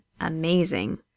amazing